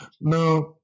Now